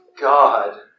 God